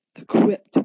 Equipped